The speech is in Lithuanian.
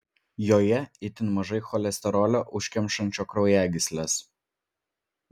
joje itin mažai cholesterolio užkemšančio kraujagysles